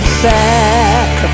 sack